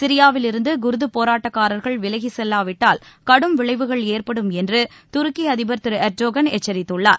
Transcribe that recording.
சிரியாவிலிருந்து Kurd போராட்டக்காரர்கள் விலகிச் செல்லாவிட்டால் கடும் விளைவுகள் ஏற்படும் என்று துருக்கி அதிபர் திரு எர்டோகன் எச்சரித்துள்ளார்